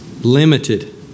limited